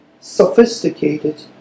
sophisticated